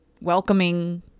welcoming